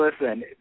listen